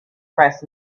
press